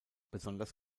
besonders